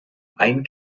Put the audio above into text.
einen